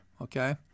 Okay